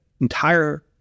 entire